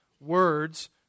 words